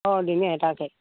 অঁ দিনে এটাকে